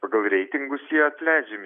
pagal reitingus jie atleidžiami